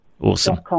Awesome